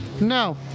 No